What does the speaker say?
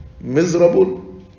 miserable